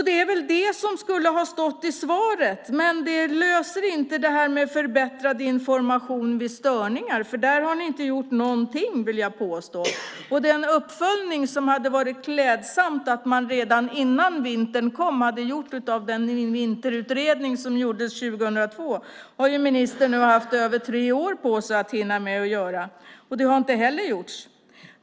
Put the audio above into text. Det är väl sådant som skulle ha stått i svaret. Detta med förbättrad information vid störningar är inte löst. Där har ni inte gjort någonting, vill jag påstå. Det hade varit klädsamt med en uppföljning redan före vintern av den vinterutredning som gjordes 2002. Det har ju ministern nu haft mer än tre år på sig att hinna med, men inte heller det har gjorts.